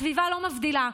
הסביבה לא מבדילה,